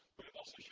but it also